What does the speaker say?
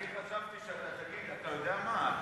אני חשבתי שאתה תגיד: אתה יודע מה?